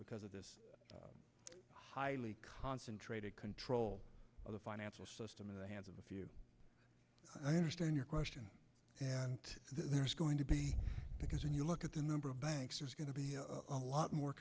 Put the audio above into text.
because of this highly concentrated control of the financial system in the hands of a few i understand your question and there's going to be because when you look at the number of banks there's going to be a lot more